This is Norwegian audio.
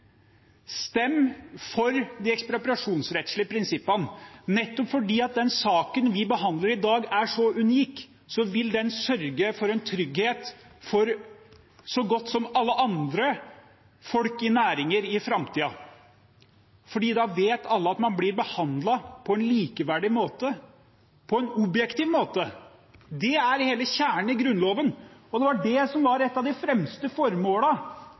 Stem for de ekspropriasjonsrettslige prinsippene! Nettopp fordi den saken vi behandler i dag, er så unik, vil det sørge for en trygghet for så godt som alle andre folk i næringer i framtiden, for da vet alle at man blir behandlet på en likeverdig måte, på en objektiv måte. Det er hele kjernen i Grunnloven, og det var det som var et av de fremste